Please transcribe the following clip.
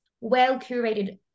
well-curated